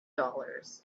dollars